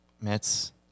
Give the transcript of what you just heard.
Mets